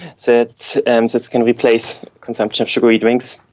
that and this can replace consumption of sugary drinks.